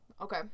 Okay